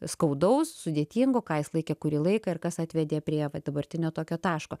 skaudaus sudėtingo ką jis laikė kurį laiką ir kas atvedė prie dabartinio tokio taško